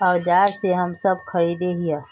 औजार तो हम सब खरीदे हीये?